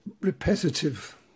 repetitive